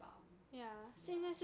bummed ya